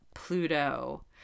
Pluto